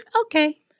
okay